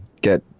get